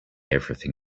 everything